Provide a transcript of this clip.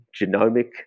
genomic